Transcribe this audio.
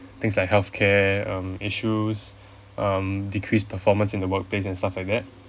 things like healthcare um issues um decrease performance in the workplace and stuff like that